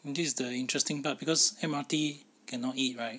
this is the interesting part because M_R_T cannot eat right